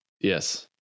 Yes